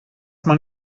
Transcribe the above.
man